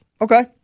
Okay